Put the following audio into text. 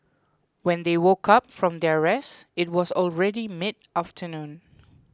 when they woke up from their rest it was already mid afternoon